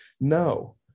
no